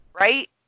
Right